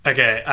Okay